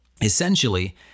essentially